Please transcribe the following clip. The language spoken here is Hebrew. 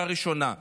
בקריאה הראשונה.